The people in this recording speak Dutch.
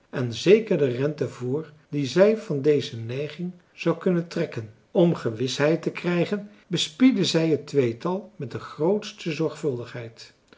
en zekerder rente voor die zij van deze neiging zou kunnen trekken om gewisheid te krijgen bespiedde zij het tweetal met de grootste zorgvuldigheid